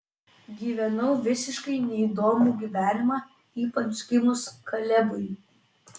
gyvenau visiškai neįdomų gyvenimą ypač gimus kalebui